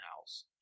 house